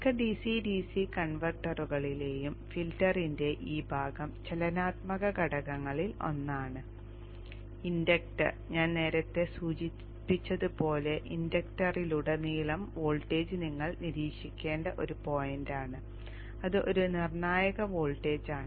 മിക്ക DC DC കൺവെർട്ടറുകളിലെയും ഫിൽട്ടറിന്റെ ഈ ഭാഗം ചലനാത്മക ഘടകങ്ങളിൽ ഒന്നാണ് ഇൻഡക്ടർ ഞാൻ നേരത്തെ സൂചിപ്പിച്ചതുപോലെ ഇൻഡക്ടറിലുടനീളം വോൾട്ടേജ് നിങ്ങൾ നിരീക്ഷിക്കേണ്ട ഒരു പോയിന്റാണ് അത് ഒരു നിർണായക വോൾട്ടേജാണ്